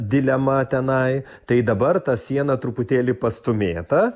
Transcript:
dilema tenai tai dabar ta siena truputėlį pastūmėta